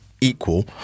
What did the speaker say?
equal